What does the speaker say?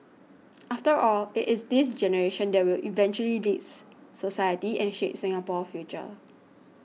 after all it is this generation that will eventually leads society and shape Singapore's future